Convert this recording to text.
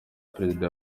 perezida